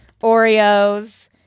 Oreos